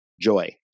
joy